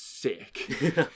Sick